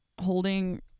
holding